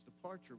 departure